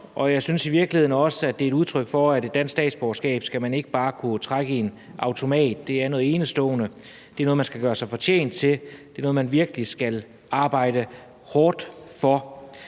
og jeg synes i virkeligheden også, at det er et udtryk for, at et dansk statsborgerskab skal man ikke bare kunne trække i en automat, for det er noget enestående, det er noget, man skal gøre sig fortjent til, det er noget, man virkelig skal arbejde hårdt for.